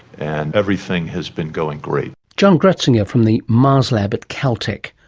and everything has been going great. john grotzinger from the mars lab at caltech,